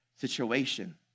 situation